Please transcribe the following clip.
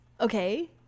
Okay